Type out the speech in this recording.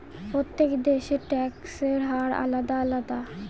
প্রত্যেক দেশের ট্যাক্সের হার আলাদা আলাদা